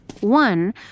one